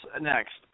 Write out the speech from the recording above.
next